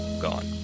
gone